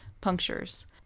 punctures